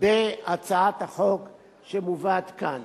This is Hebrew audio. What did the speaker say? בהצעת החוק שמובאת כאן.